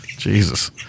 Jesus